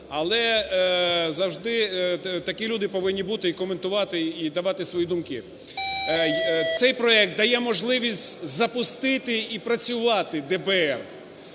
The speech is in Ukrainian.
Але завжди такі люди повинні бути і коментувати, і давати свої думки. Цей проект дає можливість запустити і працювати ДБР.